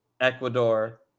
Ecuador